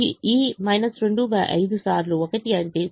ఈ 25 సార్లు 1 అంటే 0